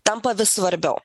tampa vis svarbiau